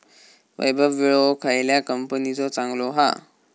वैभव विळो खयल्या कंपनीचो चांगलो हा?